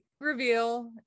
reveal